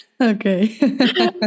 Okay